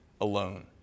alone